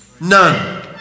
None